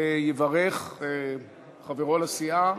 ויברך חברו לסיעה